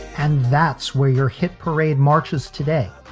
and that's where your hit parade marches today.